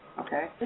Okay